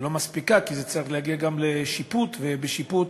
לא מספיקה, כי זה צריך להגיע גם לשיפוט, ובשיפוט,